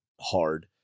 hard